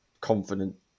confident